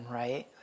right